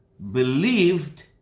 believed